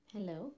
Hello